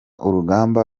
urugamba